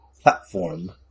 platform